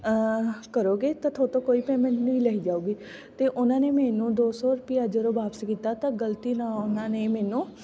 ਕਰੋਗੇ ਤਾਂ ਤੁਹਾਡੇ ਤੋਂ ਕੋਈ ਪੇਮੈਂਟ ਨਹੀਂ ਲਈ ਜਾਵੇਗੀ ਅਤੇ ਉਹਨਾਂ ਨੇ ਮੈਨੂੰ ਦੋ ਸੌ ਰੁਪਈਆ ਜਦੋਂ ਵਾਪਸ ਕੀਤਾ ਤਾਂ ਗਲਤੀ ਨਾਲ ਉਹਨਾਂ ਨੇ ਮੈਨੂੰ